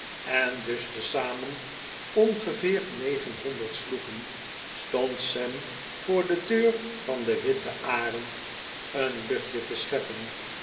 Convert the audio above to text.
en dus tezamen ongeveer negenhonderd sloegen stond sam voor de deur van de witte arend een luchtje te scheppen